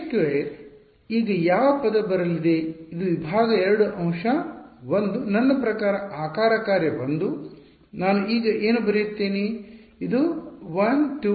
k2 ಈಗ ಯಾವ ಪದ ಬರಲಿದೆ ಇದು ವಿಭಾಗ 2 ಅಂಶ 1 ನನ್ನ ಪ್ರಕಾರ ಆಕಾರ ಕಾರ್ಯ 1 ನಾನು ಈಗ ಏನು ಬರುತ್ತೇನೆ ಇದು 1 2 3 4